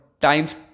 times